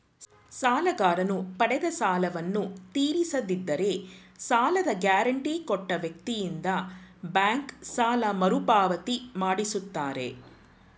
ಸಾಲಗಾರನು ಪಡೆದ ಸಾಲವನ್ನು ತೀರಿಸದಿದ್ದರೆ ಸಾಲದ ಗ್ಯಾರಂಟಿ ಕೊಟ್ಟ ವ್ಯಕ್ತಿಯಿಂದ ಬ್ಯಾಂಕ್ ಸಾಲ ಮರುಪಾವತಿ ಮಾಡಿಸುತ್ತಾರೆ